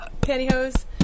pantyhose